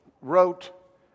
wrote